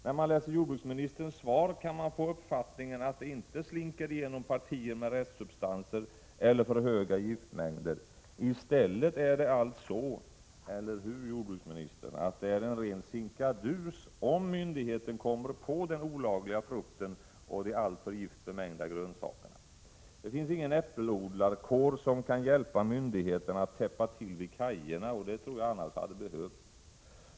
När man läser jordbruksministerns svar kan man få uppfattningen att det inte slinker igenom några partier med restsubstanser eller för höga giftmängder. I stället är det allt så — eller hur, jordbruksministern — att det är en ren sinkadus om myndigheten kommer på den olagliga frukten och de alltför giftiga grönsakerna. Det finns ingen äppelodlarkår som kan hjälp myndigheterna att täppa till vid kajerna, och det tror jag annars hade behövts.